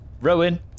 Rowan